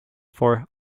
for